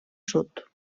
sud